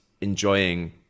enjoying